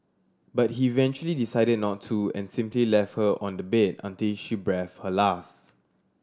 but he eventually decided not to and simply left her on the bed until she breathed her last